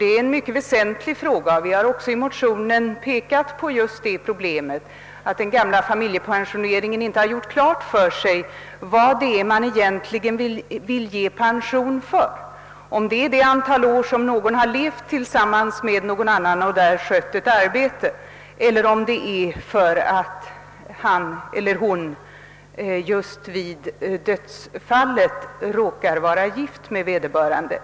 Det är en mycket väsentlig fråga, och vi har även i motionen pekat på problemet att det inom gällande familjepensioneringssystem inte görs klart vad det egentligen är man vill ge pension för. Det framgår inte om det gäller det antal år under vilken en person levt tillsammans med annan person, och inte hel ler framgår det om den person som avses är den som vederbörande råkar vara gift med just vid dödsfallet.